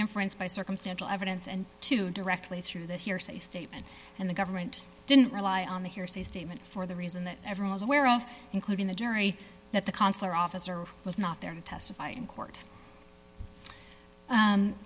inference by circumstantial evidence and to directly through that hearsay statement and the government didn't rely on the hearsay statement for the reason that everyone is aware of including the jury that the consular officer was not there to testify in court